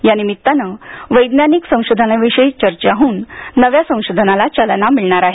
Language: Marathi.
या निमित्ताने वैज्ञानिक संशोधनाविषयी चर्चा होऊन नव्या संशोधनाला चालना मिळणार आहे